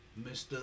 Mr